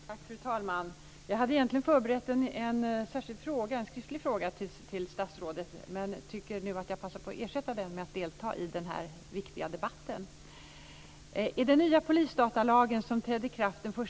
Fru talman! Jag hade egentligen förberett en skriftlig fråga till statsrådet men passar nu på att ersätta den med att delta i den här viktiga debatten.